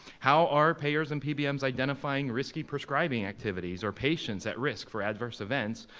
how are payers and pbms identifying risky prescribing activities or patients at risk for adverse events,